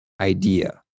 idea